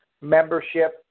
membership